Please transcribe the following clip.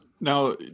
Now